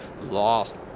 Lost